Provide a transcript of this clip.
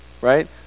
right